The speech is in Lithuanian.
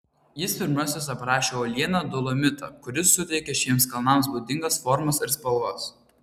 jis pirmasis aprašė uolieną dolomitą kuris suteikia šiems kalnams būdingas formas ir spalvas